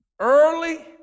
Early